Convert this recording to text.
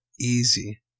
Easy